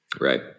Right